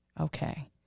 Okay